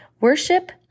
Worship